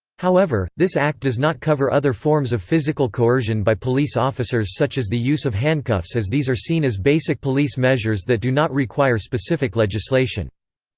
however, this act does not cover other forms of physical coercion by police officers such as the use of handcuffs as these are seen as basic police measures that do not require specific legislation.